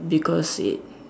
because it